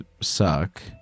suck